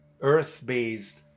Earth-based